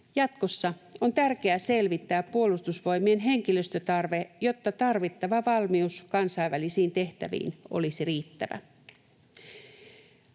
Jatkossa on tärkeää selvittää Puolustusvoimien henkilöstötarve, jotta tarvittava valmius kansainvälisiin tehtäviin olisi riittävä.